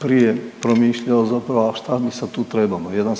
prije promišljao zapravo a šta mi sad tu trebamo. Jedan,